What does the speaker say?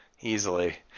easily